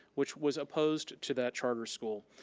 which was opposed to that charter school.